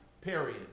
period